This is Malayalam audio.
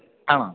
ആണോ